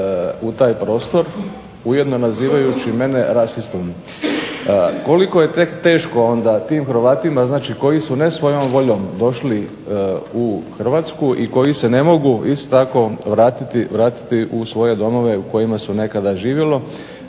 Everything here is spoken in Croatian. u taj prostor, ujedno nazivajući mene rasistom. Koliko je tek teško onda tim Hrvatima, znači koji su ne svojom voljom došli u Hrvatsku i koji se ne mogu isto tako vratiti u svoje domove u kojima se nekada živjelo,